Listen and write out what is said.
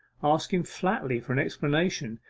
ask him flatly for an explanation,